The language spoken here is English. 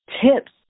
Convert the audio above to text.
tips